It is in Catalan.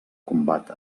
combat